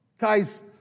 Guys